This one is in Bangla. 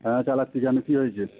হ্যাঁ চালাচ্ছি কেন কী হয়েছে